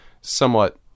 somewhat